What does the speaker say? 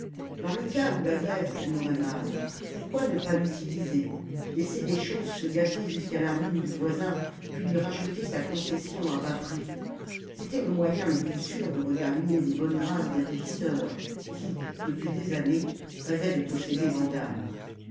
dans le cas où la grève tournerait mal pourquoi ne pas l'utiliser laisser les choses se gâter jusqu'à la ruine du voisin puis lui racheter sa concession à bas prix c'était le moyen le plus sûr de regagner les bonnes grâces des régisseurs qui depuis des années rêvaient de posséder vandame